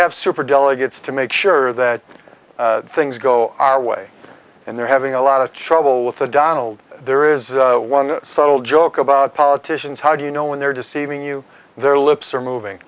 have superdelegates to make sure that things go our way and they're having a lot of trouble with the donald there is one subtle joke about politicians how do you know when they're deceiving you their lips are moving